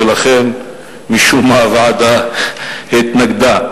לכן משום מה הוועדה התנגדה.